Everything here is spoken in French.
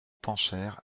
pancher